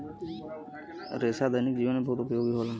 रेसा दैनिक जीवन में बहुत उपयोगी होला